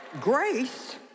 grace